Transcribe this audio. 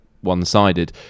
one-sided